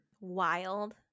Wild